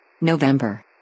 November